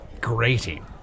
grating